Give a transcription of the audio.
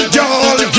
y'all